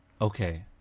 Okay